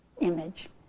image